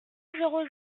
zéro